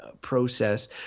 process